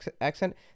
accent